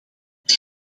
dat